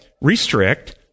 restrict